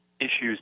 issues